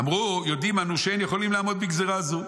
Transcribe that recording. אמרו: יודעים אנו שאין יכולין לעמוד בגזרה זו".